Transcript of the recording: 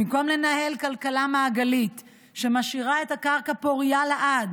במקום לנהל כלכלה מעגלית שמשאירה את הקרקע פורייה לעד